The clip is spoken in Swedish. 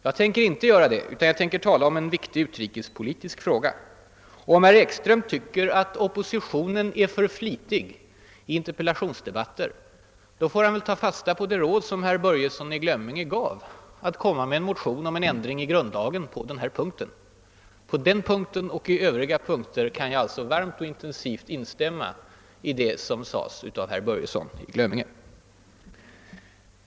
Jag tänker inte göra det; jag skall tala om en viktig utrikespolitisk fråga. Om herr Ekström anser att oppositionen är för flitig i interpellationsdebatter, får han väl ta fasta på det råd som herr Börjesson i Glömminge gav, nämligen att väcka en motion om en ändring i grundlagen. Här kan jag alltså intensivt instämma i vad herr Börjesson i Glömminge sade.